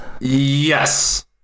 Yes